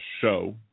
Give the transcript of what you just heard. show